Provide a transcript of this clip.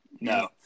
No